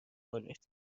کنید